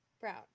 Brown